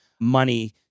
money